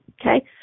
Okay